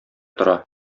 тора